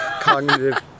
cognitive